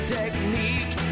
technique